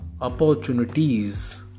opportunities